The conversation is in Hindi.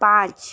पाँच